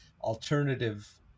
alternative